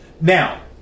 Now